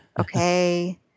Okay